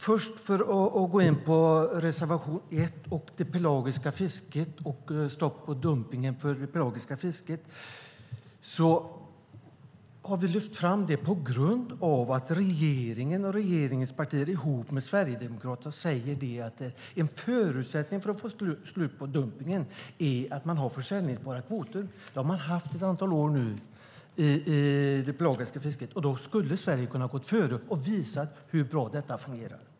Först vill jag gå in på reservation 1 om stopp för dumpningen i det pelagiska fisket. Vi har vi lyft fram det på grund av att regeringen och regeringens partier ihop med Sverigedemokraterna säger att en förutsättning för att få slut på dumpningen är att man har säljbara kvoter. Det har man haft ett antal år nu i det pelagiska fisket, och då skulle Sverige ha kunnat gå före och visat hur bra detta fungerar.